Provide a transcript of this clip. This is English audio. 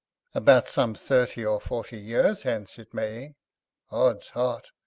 about some thirty or forty years hence it may odsheart!